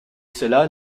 cela